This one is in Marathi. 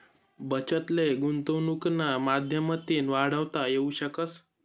बचत ले गुंतवनुकना माध्यमतीन वाढवता येवू शकस